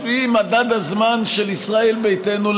לפי מדד הזמן של ישראל ביתנו,